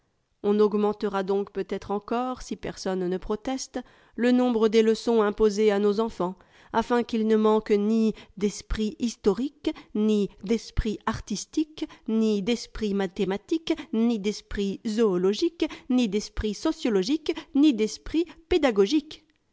on augmentera donc peut-être encore si personne ne proteste le nombre des leçons imposées à nos enfants afin qu'ils ne manquent ni à'esprit historique ni à'esprit artistique ni d'esprit mathématique ni d'esprit zoologique ni d'esprit sociologique ni d'esprit pédagogique